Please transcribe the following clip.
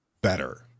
better